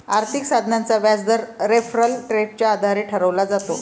आर्थिक साधनाचा व्याजदर रेफरल रेटच्या आधारे ठरवला जातो